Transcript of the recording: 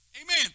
Amen